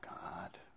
God